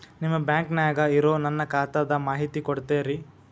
ನಿಮ್ಮ ಬ್ಯಾಂಕನ್ಯಾಗ ಇರೊ ನನ್ನ ಖಾತಾದ ಮಾಹಿತಿ ಕೊಡ್ತೇರಿ?